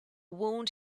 wound